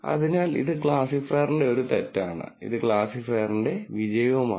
അതിനാൽ ഇത് ക്ലാസിഫയറിന്റെ ഒരു തെറ്റാണ് ഇത് ക്ലാസിഫയറിന്റെ വിജയമാണ്